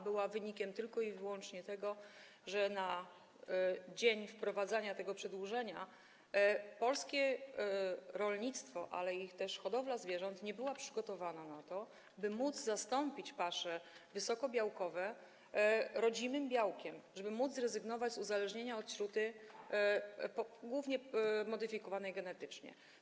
Było to wynikiem tylko i wyłącznie tego, że na dzień wprowadzania tego zapisu o przedłużeniu terminu, polskie rolnictwo, w tym hodowla zwierząt, nie było przygotowane na to, by zastąpić pasze wysokobiałkowe rodzimym białkiem, żeby móc zrezygnować z uzależnienia od śruty głównie modyfikowanej genetycznie.